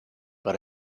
but